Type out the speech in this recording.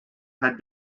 had